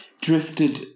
drifted